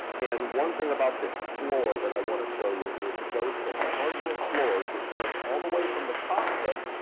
and one thing about this floor, that i wanna show you is it goes from hardwood floors, that starts all the way from the cockpit,